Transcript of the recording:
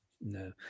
No